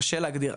קשה להגדיר,